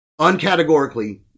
Uncategorically